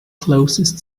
closest